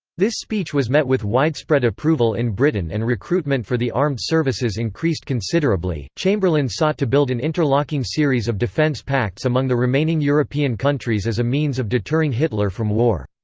this speech was met with widespread approval in britain and recruitment for the armed services increased considerably chamberlain sought to build an interlocking series of defence pacts among the remaining european countries as a means of deterring hitler from war.